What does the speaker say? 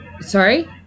sorry